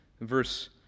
verse